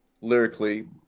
lyrically